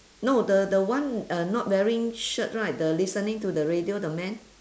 no the the one uh not wearing shirt right the listening to the radio the man